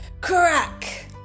crack